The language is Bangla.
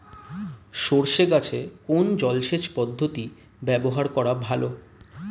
সরষে গাছে কোন জলসেচ পদ্ধতি ব্যবহার করা ভালো?